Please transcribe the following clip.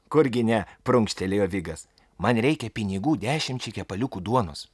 kurgi ne prunkštelėjo vigas man reikia pinigų dešimčiai kepaliukų duonos